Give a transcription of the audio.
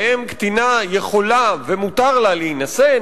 שבהם קטינה יכולה ומותר לה להינשא,